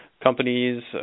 companies